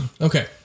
Okay